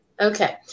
okay